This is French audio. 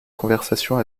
conversation